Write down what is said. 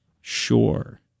Sure